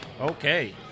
Okay